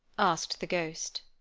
asked the ghost.